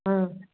ஆ